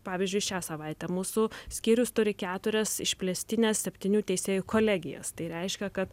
pavyzdžiui šią savaitę mūsų skyrius turi keturias išplėstines septynių teisėjų kolegijas tai reiškia kad